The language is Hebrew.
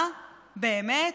מה, באמת?